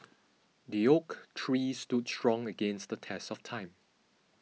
the oak tree stood strong against the test of time